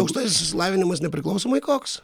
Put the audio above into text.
aukštasis išsilavinimas nepriklausomai koks